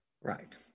Right